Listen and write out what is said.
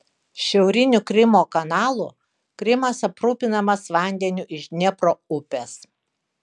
šiauriniu krymo kanalu krymas aprūpinamas vandeniu iš dniepro upės